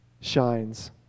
shines